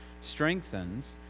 strengthens